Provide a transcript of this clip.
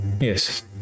yes